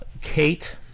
Kate